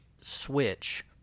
switch